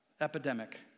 epidemic